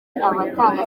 abatanga